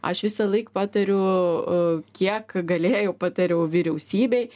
aš visąlaik patariu kiek galėjau patariau vyriausybei